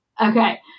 okay